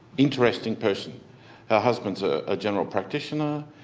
interesting person her husband is a ah general practitioner,